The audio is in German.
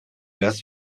das